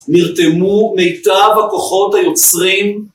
נרתמו מיטב הכוחות היוצרים